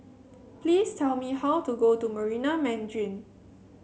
please tell me how to go to Marina Mandarin